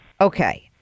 Okay